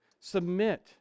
Submit